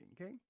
okay